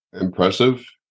impressive